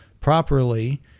properly